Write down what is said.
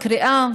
קריאה.